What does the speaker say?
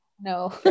No